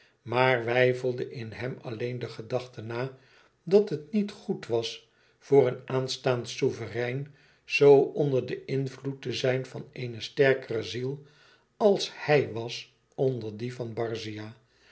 maar weifelde in hem alleen de gedachte na dat het niet goed was voor een aanstaand souverein zoo onder den invloed te zijn van eene sterkere ziel als hij was onder die van